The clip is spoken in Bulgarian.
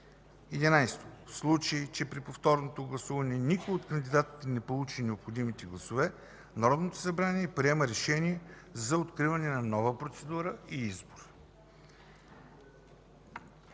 11. В случай, че и при повторното гласуване никой от кандидатите не получи необходимите гласове, Народното събрание приема решение за откриване на нова процедура за избор.